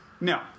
no